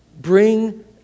bring